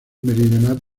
meridional